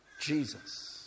Jesus